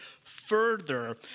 further